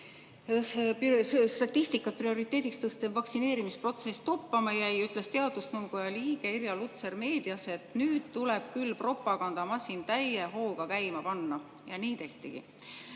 teie statistikat prioriteediks tõstev vaktsineerimisprotsess toppama jäi, ütles teadusnõukoja liige Irja Lutsar meedias, et nüüd tuleb küll propagandamasin täie hooga käima panna. Ja nii tehtigi.